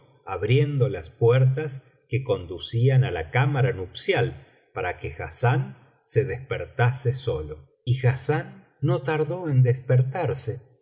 abriendo las puertas que conducían á la cámara nupcial para que hassán se despertase solo y hassán no tardó en despertarse